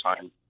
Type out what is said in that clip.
time